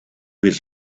his